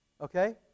Okay